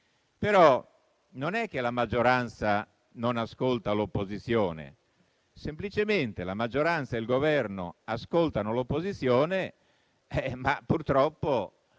Non è che la maggioranza non ascolti l'opposizione; semplicemente, la maggioranza e il Governo ascoltano l'opposizione, ma purtroppo